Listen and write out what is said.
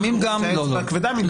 כאן האצבע כבדה מדי.